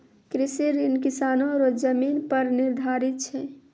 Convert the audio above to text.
कृषि ऋण किसानो रो जमीन पर निर्धारित छै